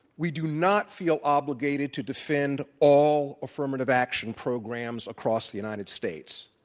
we do not feel obligated to defend all affirmative action programs across the united states.